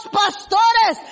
pastores